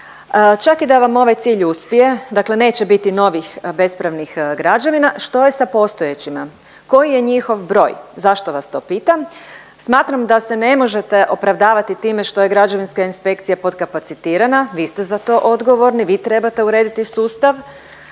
Čak i da vam ovaj cilj uspije, dakle neće biti novih bespravnih građevina, što je sa postojećima? Koji je njihov broj? Zašto vas to pitam? Smatram da se ne možete opravdavati time što je građevinska inspekcija potkapacitirana, vi ste za to odgovorni, vi trebate urediti sustav,